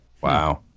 Wow